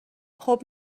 خوب